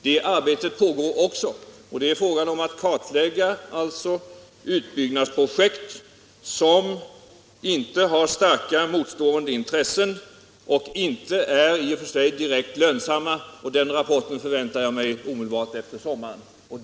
Det gäller att kartlägga utbyggnadsprojekt som inte har starka motstående intressen och även om de inte är i och för sig direkt lönsamma. Den rapporten väntar jag mig omedelbart efter sommaren.